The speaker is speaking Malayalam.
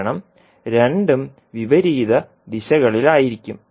കാരണം രണ്ടും വിപരീത ദിശകളിലായിരിക്കും